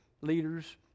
leaders